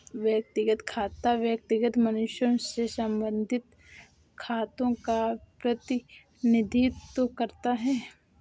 व्यक्तिगत खाता व्यक्तिगत मनुष्यों से संबंधित खातों का प्रतिनिधित्व करता है